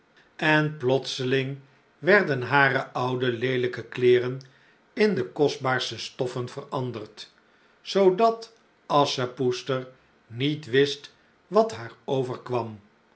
en plotseling werden hare oude leelijke kleêren in de kostbaarste stoffen veranderd zoodat asschepoester niet wist wat haar overkwam